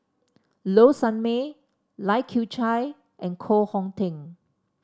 Low Sanmay Lai Kew Chai and Koh Hong Teng